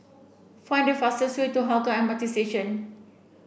find the fastest way to Hougang M R T Station